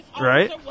Right